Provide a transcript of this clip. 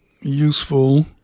useful